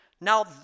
now